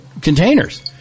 containers